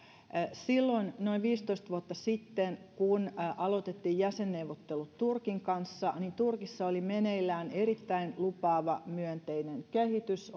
silloin noin viisitoista vuotta sitten kun aloitettiin jäsenneuvottelut turkin kanssa turkissa oli meneillään erittäin lupaava myönteinen kehitys